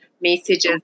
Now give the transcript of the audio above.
messages